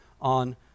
on